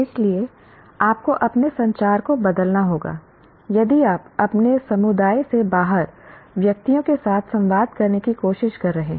इसलिए आपको अपने संचार को बदलना होगा यदि आप अपने समुदाय से बाहर व्यक्तियों के साथ संवाद करने की कोशिश कर रहे हैं